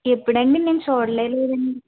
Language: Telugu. ఎప్పుడండి నేను చూడలేదు కదండీ